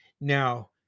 Now